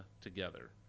together